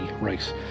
race